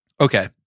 Okay